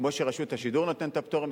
כמו שרשות השידור נותנת את הפטורים,